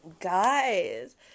Guys